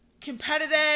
competitive